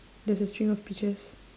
there's a string of peaches